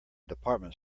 department